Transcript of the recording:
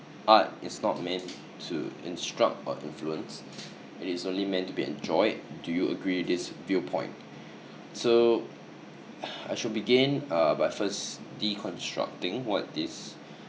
art is not meant to instruct or influence it is only meant to be enjoyed do you agree with this viewpoint so I should begin uh by first deconstructing what this